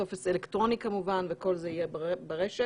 טופס אלקטרוני כמובן וכל זה יהיה ברשת.